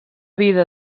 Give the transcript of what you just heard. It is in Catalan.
vida